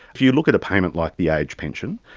if you look at a payment like the age pension,